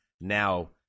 now